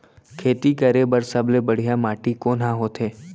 खेती करे बर सबले बढ़िया माटी कोन हा होथे?